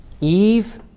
Eve